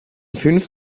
fünf